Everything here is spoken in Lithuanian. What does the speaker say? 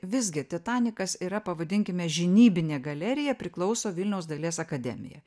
visgi titanikas yra pavadinkime žinybinė galerija priklauso vilniaus dailės akademija